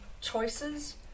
choices